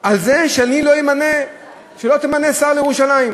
שלא ימנה שר לירושלים?